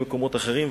ממקומות אחרים,